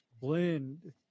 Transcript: blend